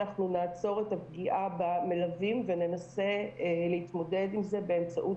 אנחנו נעצור את הפגיעה במלווים וננסה להתמודד עם זה באמצעות